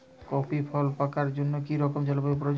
Coffee ফল পাকার জন্য কী রকম জলবায়ু প্রয়োজন?